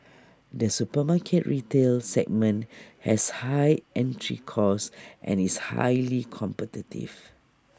the supermarket retail segment has high entry costs and is highly competitive